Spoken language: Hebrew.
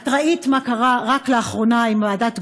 את ראית מה קרה רק לאחרונה עם ועדת גולדברג,